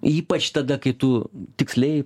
ypač tada kai tu tiksliai